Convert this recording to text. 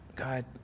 God